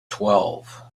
twelve